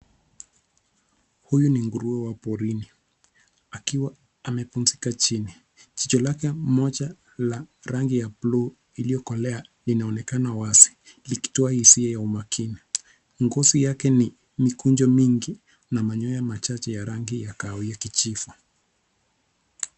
Huyu ni nguruwe wa porini akiwa amepumzika chini. Jicho lake moja la rangi ya buluu iliyokolea linaonekana wazi, likitoa hisia ya umakini. Ngozi yake ni mikunjo mingi na manyoya machache ya rangi ya kahawia kijivu.